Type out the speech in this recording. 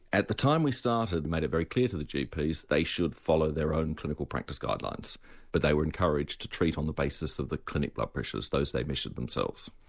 at the time we started we made it very clear to the gps they should follow their own clinical practice guidelines but they were encouraged to treat on the basis of the clinic blood pressures, those they measured themselves.